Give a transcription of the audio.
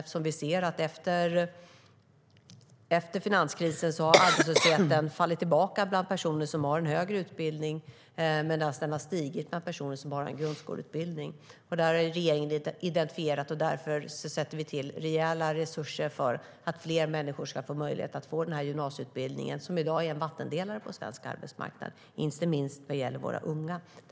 Efter finanskrisen har arbetslösheten fallit tillbaka bland personer som har en högre utbildning, medan den har stigit bland personer som bara har en grundskoleutbildning. Det har regeringen identifierat och avsätter därför rejäla resurser för att fler människor ska få möjlighet att få gymnasieutbildning, som i dag är en vattendelare på svensk arbetsmarknad, inte minst vad gäller våra unga.